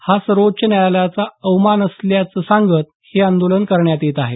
हा सर्वोच्च न्यायालयाचा अवमान असल्याचं सांगत हे आंदोलन करण्यात येत आहे